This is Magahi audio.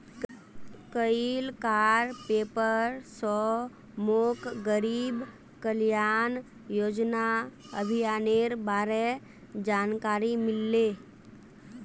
कइल कार पेपर स मोक गरीब कल्याण योजना अभियानेर बारे जानकारी मिलले